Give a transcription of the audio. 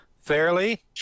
fairly